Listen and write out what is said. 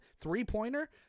three-pointer